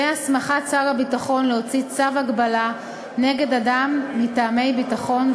הסמכת שר הביטחון להוציא צו הגבלה נגד אדם מטעמי ביטחון,